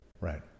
Right